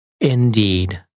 Indeed